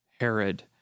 Herod